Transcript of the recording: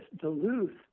Duluth